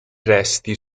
resti